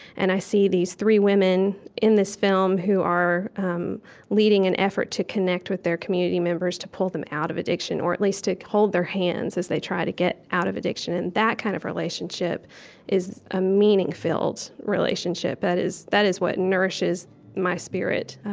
and i see these three women in this film who are um leading an effort to connect with their community members, to pull them out of addiction or, at least, to hold their hands as they try to get out of addiction. and that kind of relationship is a meaning-filled relationship. that is that is what nourishes my spirit,